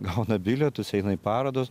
gauna bilietus eina į parodos